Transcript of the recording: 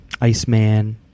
Iceman